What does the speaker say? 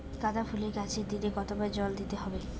গাদা ফুলের গাছে দিনে কতবার জল দিতে হবে?